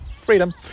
Freedom